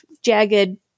jagged